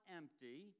empty